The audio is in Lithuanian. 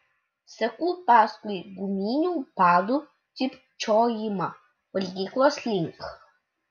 seku paskui guminių padų cypčiojimą valgyklos link